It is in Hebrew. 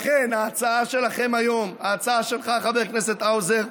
לכן ההצעה שלכם היום, ההצעה שלך, חבר הכנסת האוזר,